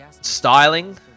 styling